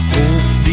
Hope